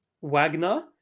Wagner